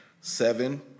seven